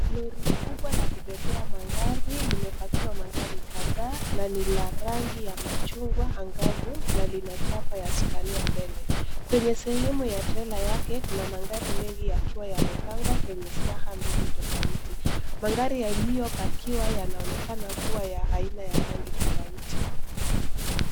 Lori kubwa la kubebea magari, limepakiwa magari kadhaa na ni la rangi ya machungwa angavu na lina chapa ya Scania mbele. Kwenye sehemu ya trela yake, kuna magari mengi yakiwa yamepangwa kwenye staha mbili tofauti. Magari yaliyopakiwa yanaonekana kuwa ya aina ya rangi tofauti.